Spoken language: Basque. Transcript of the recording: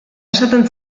esaten